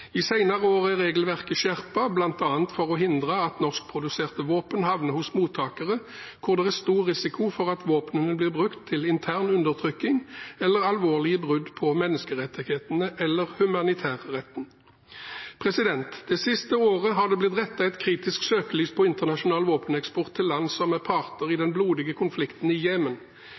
år er regelverket skjerpet, bl.a. for å hindre at norskproduserte våpen havner hos mottakere hvor det er stor risiko for at våpnene blir brukt til intern undertrykking eller alvorlige brudd på menneskerettighetene eller humanitærretten. Det siste året har det blitt rettet et kritisk søkelys på internasjonal våpeneksport til land som er parter i den blodige konflikten i